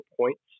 points